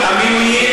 אני,